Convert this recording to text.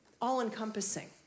all-encompassing